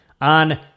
On